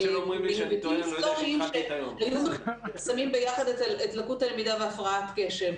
מ --- ששמים ביחד את לקות הלמידה והפרעת קשב.